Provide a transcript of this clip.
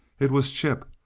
it was chip,